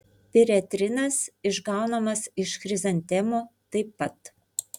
piretrinas išgaunamas iš chrizantemų taip pat